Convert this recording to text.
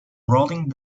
rolling